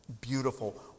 beautiful